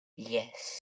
Yes